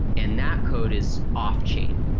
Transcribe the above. and that code is off-chain.